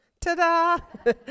ta-da